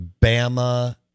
Bama